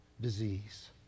disease